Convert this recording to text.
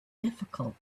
difficult